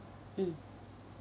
mm